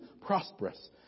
prosperous